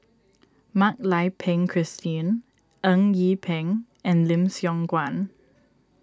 Mak Lai Peng Christine Eng Yee Peng and Lim Siong Guan